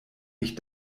mich